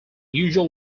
usual